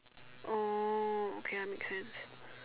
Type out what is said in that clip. oh okay ah makes sense